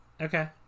Okay